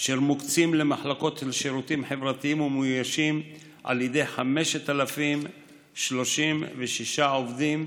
אשר מוקצים למחלקות לשירותים חברתיים ומאוישים על ידי 5,036.91 עובדים,